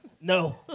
No